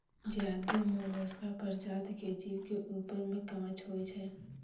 ज्यादे मोलसका परजाती के जीव के ऊपर में कवच होय छै